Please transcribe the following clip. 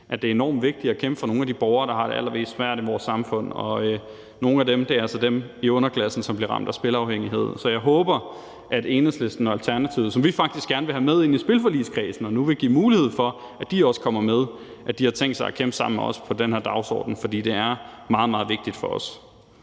at det er enormt vigtigt at kæmpe for nogle af de borgere, der har det allermest svært i vores samfund, og nogle af dem er altså dem i underklassen, som bliver ramt af spilafhængighed. Så jeg håber, at Enhedslisten og Alternativet, som vi faktisk gerne vil have med ind i spilforligskredsen og nu vil give mulighed for også at komme med, har tænkt sig at kæmpe sammen med os på den her dagsorden. For det er meget, meget vigtigt for os.